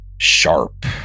sharp